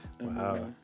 Wow